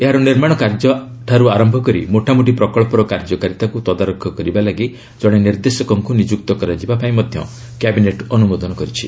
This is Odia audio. ଏହାର ନିର୍ମାଣ କାର୍ଯ୍ୟଠାରୁ ଆରମ୍ଭ କରି ମୋଟାମୋଟି ପ୍ରକଳ୍ପର କାର୍ଯ୍ୟକାରିତାକୁ ତଦାରଖ କରିବାକୁ ଜଣେ ନିର୍ଦ୍ଦେଶକଙ୍କୁ ନିଯୁକ୍ତ କରାଯିବାକୁ ମଧ୍ୟ କ୍ୟାବିନେଟ୍ ଅନୁମୋଦନ କରିଛି